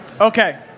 Okay